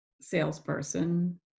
salesperson